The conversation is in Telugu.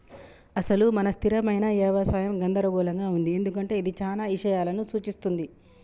అసలు మన స్థిరమైన యవసాయం గందరగోళంగా ఉంది ఎందుకంటే ఇది చానా ఇషయాలను సూఛిస్తుంది